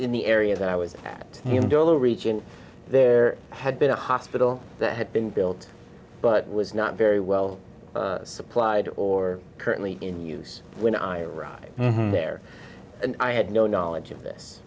in the area that i was at the region there had been a hospital that had been built but was not very well supplied or currently in use when i arrived there and i had no knowledge of this